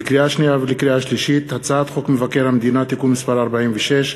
לקריאה שנייה ולקריאה שלישית: הצעת חוק מבקר המדינה (תיקון מס' 46),